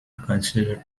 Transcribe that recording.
considered